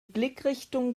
blickrichtung